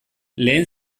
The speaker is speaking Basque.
lehen